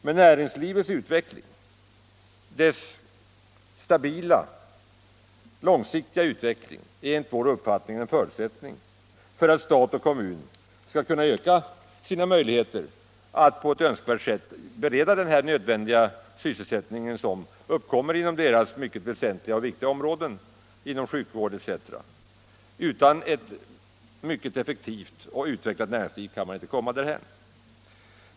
Men näringslivets utveckling, dess stabila långsiktiga utveckling, är enligt vår uppfattning en förutsättning för att stat och kommun skall kunna öka sina möjligheter att på ett önskvärt sätt bereda den här nödvändiga sysselsättningen inom deras mycket väsentliga och viktiga områden — inom sjukvård etc. Utan ett mycket effektivt och utvecklat näringsliv kan man inte komma därhän.